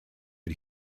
but